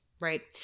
right